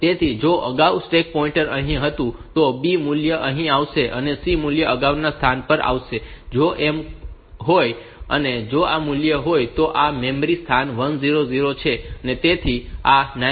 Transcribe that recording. તેથી જો અગાઉ સ્ટેક પોઈન્ટર અહીં હતું તો B મૂલ્ય અહીં આવશે અને C મૂલ્ય અગાઉના સ્થાન પર આવશે જો એમ હોય અને જો આ મૂલ્ય હોય તો આ મેમરી સ્થાન 1000 છે